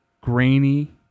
Grainy